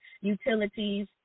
utilities